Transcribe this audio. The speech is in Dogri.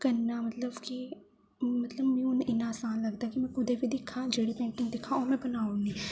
करना मतलब कि हून मिगी इ'न्ना आसान लगदा कि में कुदै बी दिक्खां जेह्ड़ी पेंटिंग दिक्खां ओह् में बनाउनी